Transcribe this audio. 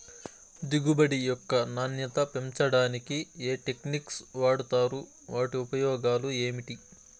దిగుబడి యొక్క నాణ్యత పెంచడానికి ఏ టెక్నిక్స్ వాడుతారు వాటి ఉపయోగాలు ఏమిటి?